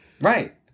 Right